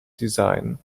design